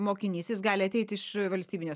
mokinys jis gali ateit iš valstybinės